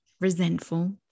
resentful